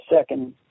second